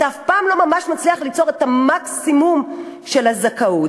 אתה אף פעם לא ממש מצליח ליצור את המקסימום של הזכאות.